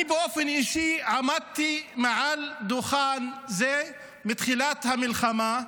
אני באופן אישי עמדתי מעל דוכן זה בתחילת המלחמה,